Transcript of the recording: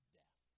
death